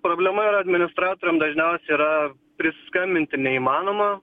problema ir administratoriam dažniausiai yra prisiskambinti neįmanoma